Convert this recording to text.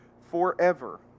forever